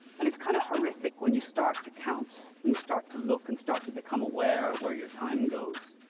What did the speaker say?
and it's kind of horrific when you start to count, when you start to look and start to become aware of where your time goes.